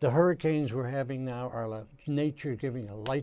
the hurricanes we're having now are let nature give me a light